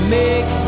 make